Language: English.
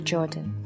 Jordan